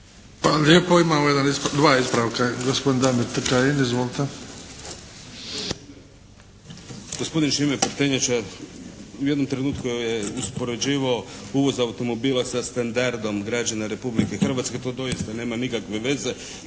lijepo. Imamo dva ispravka. Gospodin Damir Kajin. Izvolite! **Kajin, Damir (IDS)** Gospodin Šime Prtenjača u jednom trenutku je uspoređivao uvoz automobila sa standardom građana Republike Hrvatske. To doista nema nikakve veze.